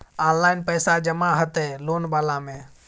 Online पैसा जमा हते लोन वाला में?